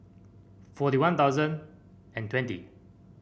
forty One Thousand and twenty